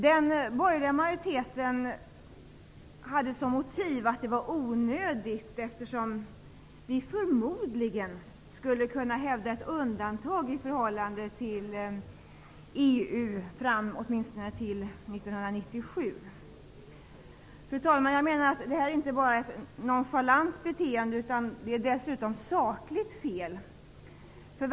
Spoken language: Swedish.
Den borgerliga majoriteten angav som motiv att det var onödigt, eftersom vi förmodligen skulle kunna hävda ett undantag i förhållande till EU åtminstone fram till år 1997. Fru talman! Jag menar att det här inte bara är ett nonchalant beteende utan dessutom sakligt felaktigt.